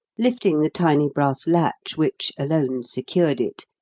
lifting the tiny brass latch which alone secured it,